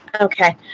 Okay